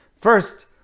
First